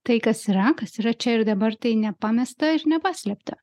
tai kas yra kas yra čia ir dabar tai nepamesta ir nepaslėpta